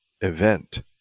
event